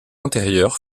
intérieur